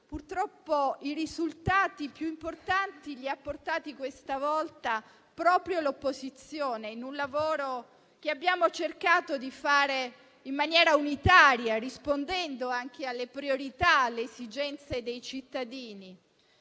purtroppo i risultati più importanti li ha portati questa volta proprio l'opposizione, in un lavoro che abbiamo cercato di fare in maniera unitaria, rispondendo anche alle priorità e alle esigenze dei cittadini.